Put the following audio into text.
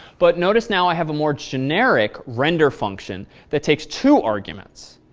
but notice now i have a more generic render function that takes two arguments.